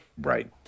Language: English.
Right